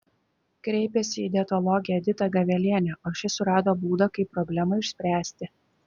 kreipėsi į dietologę editą gavelienę o ši surado būdą kaip problemą išspręsti